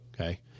Okay